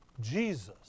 Jesus